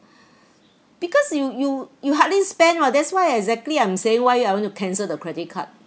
because you you you hardly spend [what] that's why exactly I'm saying why I want to cancel the credit card